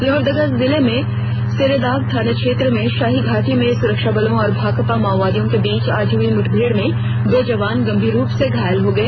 लोहरदगा जिले में सेरेदाग थाना क्षेत्र के शाहीघाट में सुरक्षाबलों और भाकपा माओवादी के बीच आज हई मुठभेड में दो जवान गंभीर रुप से घायल हो गए